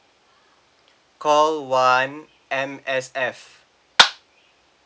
call one M_S_F